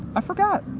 i forgot.